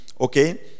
okay